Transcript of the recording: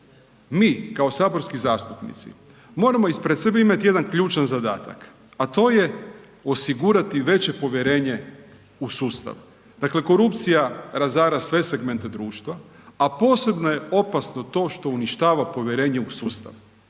mi kao saborski zastupnici moramo ispred sebe imati jedan ključan zadatak, a to je osigurati veće povjerenje u sustav. Dakle, korupcija razara se segmente društva, a posebno je opasno to što uništava povjerenje u sustav.